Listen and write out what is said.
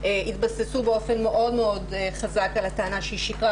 התבססו באופן מאוד מאוד חזק על הטענה שהיא שיקרה,